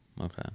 Okay